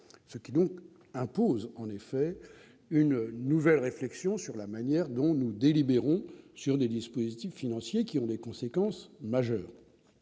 situation impose une nouvelle réflexion sur la manière dont nous délibérons sur des dispositifs financiers qui ont des conséquences majeures.